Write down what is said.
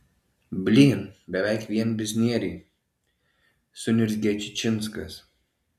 blyn beveik vien biznieriai suniurzgė čičinskas